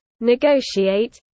negotiate